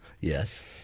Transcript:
Yes